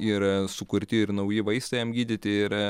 ir sukurti ir nauji vaistai jam gydyti ir